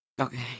Okay